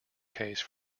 case